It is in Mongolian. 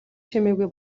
чимээгүй